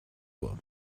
uhr